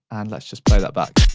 and lets just play that back.